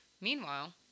Meanwhile